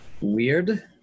Weird